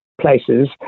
places